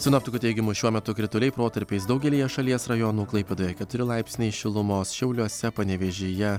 sinoptikų teigimu šiuo metu krituliai protarpiais daugelyje šalies rajonų klaipėdoje keturi laipsniai šilumos šiauliuose panevėžyje